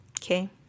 Okay